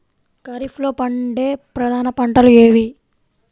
ఖరీఫ్లో పండే ప్రధాన పంటలు ఏవి?